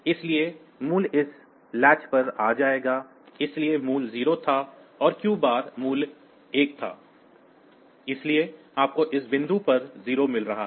इसलिए यह मूल्य इस लैच पर आ जाएगा इसलिए मूल्य 0 था और क्यू बार मूल्य 1 था इसलिए आपको इस बिंदु पर 0 मिल रहा है